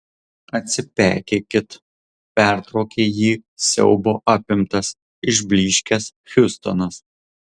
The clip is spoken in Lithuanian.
atsipeikėkit pertraukė jį siaubo apimtas išblyškęs hiustonas